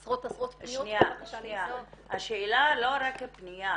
זה עשרות עשרות פניות --- השאלה לא רק פניה.